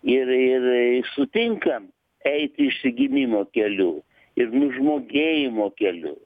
ir ir sutinka eit išsigimimo keliu ir nužmogėjimo keliu